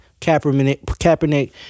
Kaepernick